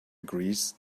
agrees